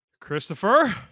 Christopher